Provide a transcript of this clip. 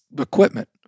equipment